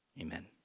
Amen